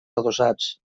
adossats